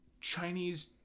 Chinese